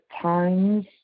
times